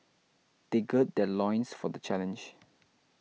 they gird their loins for the challenge